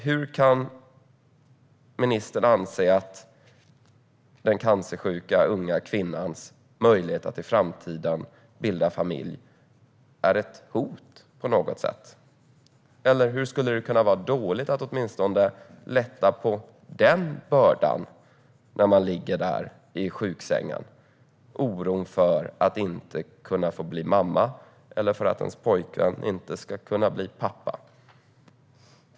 Hur kan ministern anse att den cancersjuka unga kvinnans möjlighet att i framtiden bilda familj är ett hot på något sätt? Hur skulle det kunna vara dåligt att åtminstone lätta på denna börda för den som ligger där i sjuksängen med oro för att inte kunna bli mamma och för att hennes pojkvän inte ska kunna bli pappa?